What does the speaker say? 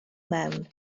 mewn